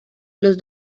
los